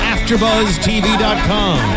AfterBuzzTV.com